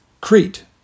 Crete